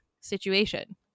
situation